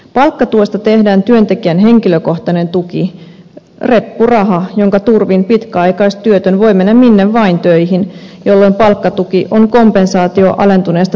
palkkatuesta tehdään työntekijän henkilökohtainen tuki reppuraha jonka turvin pitkäaikaistyötön voi mennä minne vain töihin jolloin palkkatuki on kompensaatio alentuneesta työkyvystä